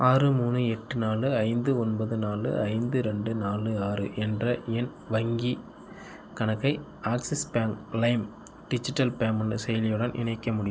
ஆறு மூணு எட்டு நாலு ஐந்து ஒன்பது நாலு ஐந்து ரெண்டு நாலு ஆறு என்ற என் வங்கி கணக்கை Axis Bank Lime digital payment செயலியுடன் இணைக்க முடி